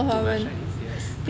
too much chinese yes